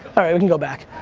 alright, we can go back.